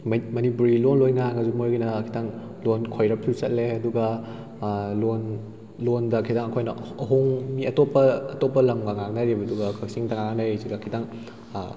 ꯃꯅꯤꯄꯨꯔꯤ ꯂꯣꯟ ꯂꯣꯏ ꯉꯥꯡꯉꯁꯨ ꯃꯣꯏꯒꯤꯅ ꯈꯤꯇꯪ ꯂꯣꯟ ꯈꯣꯏꯔꯞꯁꯨ ꯆꯠꯂꯦ ꯑꯗꯨꯒ ꯂꯣꯟ ꯂꯣꯟꯗ ꯈꯤꯇꯪ ꯑꯩꯈꯣꯏꯅ ꯃꯤ ꯑꯇꯣꯞꯄ ꯑꯇꯣꯞꯄ ꯂꯝꯒ ꯉꯥꯡꯅꯔꯤꯕꯗꯨꯒ ꯀꯛꯆꯤꯡꯗ ꯉꯥꯡꯅꯔꯤꯁꯤꯒ ꯈꯤꯇꯪ